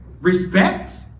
respect